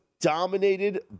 dominated